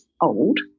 old